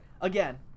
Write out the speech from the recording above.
Again